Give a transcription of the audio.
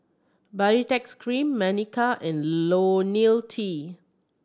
Baritex Cream Manicare and Ionil T